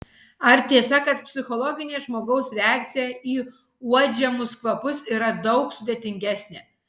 ar tiesa kad psichologinė žmogaus reakcija į uodžiamus kvapus yra daug sudėtingesnė